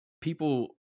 people